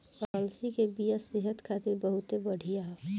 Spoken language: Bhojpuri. अलसी के बिया सेहत खातिर बहुते बढ़िया ह